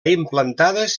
implantades